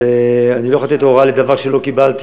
אז אני לא יכול לתת הוראה לדבר שלא קיבלתי